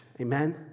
Amen